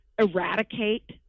eradicate